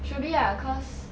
should be ah cause